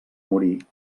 morir